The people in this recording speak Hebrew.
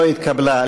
לא נתקבלה.